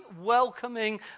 welcoming